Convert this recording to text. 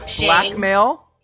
blackmail